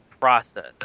process